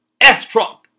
F-Trump